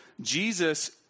Jesus